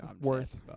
worth